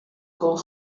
kon